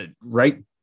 right